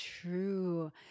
true